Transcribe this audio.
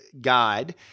guide